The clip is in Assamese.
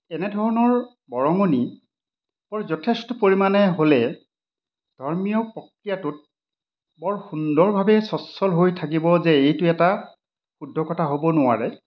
এনেধৰণৰ বৰঙণি বৰ যথেষ্ট পৰিমাণে হ'লে ধৰ্মীয় প্ৰক্ৰিয়াটোত বৰ সুন্দৰভাৱে সচ্ছল হৈ থাকিব যে এইটো এটা শুদ্ধ কথা হ'ব নোৱাৰে